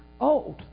old